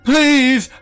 Please